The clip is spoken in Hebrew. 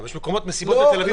יש גם מסיבות בתל אביב,